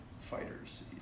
fighters